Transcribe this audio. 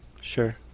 Sure